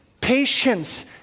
patience